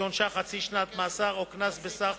שעונשה חצי שנת מאסר או קנס בסך